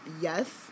Yes